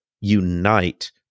unite